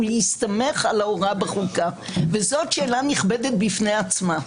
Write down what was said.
הוא יסתמך על ההוראה בחוקה וזאת שאלה נכבדת בפני עצמה.